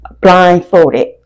blindfolded